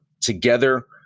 together